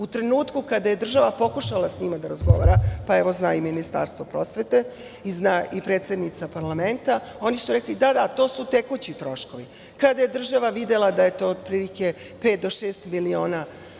U trenutku kada je država pokušala sa njima da razgovara, pa evo zna i Ministarstvo prosvete i zna predsednica parlamenta, oni su rekli - da, da, to su tekući troškovi. Kada je država videla da je to otprilike pet do šest miliona